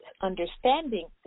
understanding